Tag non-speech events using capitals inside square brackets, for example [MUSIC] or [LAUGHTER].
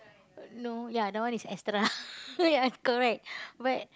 no ya that one is extra [LAUGHS] ya correct but